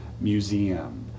museum